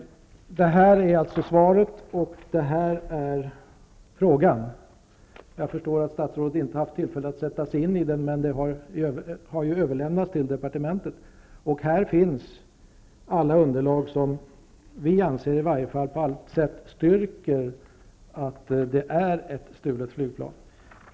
Det här är alltså svaret, och här finns frågan. Jag förstår att statsrådet inte haft tillfälle att sätta sig in i den, men den har överlämnats till departementet. Här finns allt underlag som vi menar på allt sätt styrker att det är fråga om ett stulet flygplan.